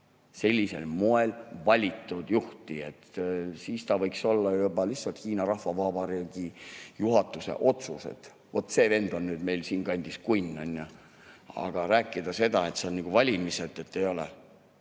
sellisel moel valitud juhti. Siis võiks olla juba lihtsalt Hiina Rahvavabariigi juhatuse otsus, et vot see vend on meil siinkandis kunn, onju. Aga rääkida seda, et need on valimised – see ei ole